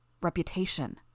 Reputation